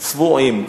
צבועים.